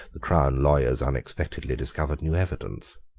the crown lawyers unexpectedly discovered new evidence.